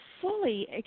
fully